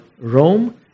Rome